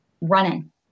running